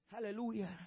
Hallelujah